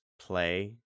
play